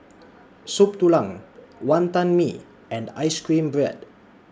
Soup Tulang Wantan Mee and Ice Cream Bread